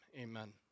amen